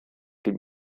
dem